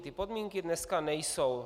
Ty podmínky dneska nejsou.